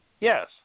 yes